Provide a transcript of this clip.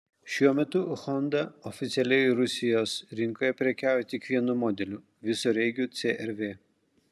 šiuo metu honda oficialiai rusijos rinkoje prekiauja tik vienu modeliu visureigiu cr v